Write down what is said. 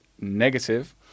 negative